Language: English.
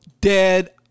dead